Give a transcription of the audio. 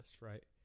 right